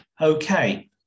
okay